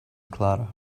clara